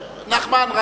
נחמן.